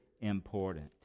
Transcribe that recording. important